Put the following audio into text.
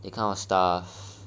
that kind of stuff